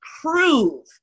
prove